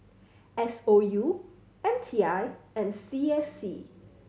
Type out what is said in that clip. S O U M T I and C S C